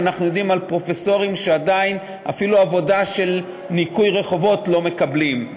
אנחנו יודעים על פרופסורים שאפילו עבודה של ניקוי רחובות לא מקבלים.